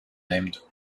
named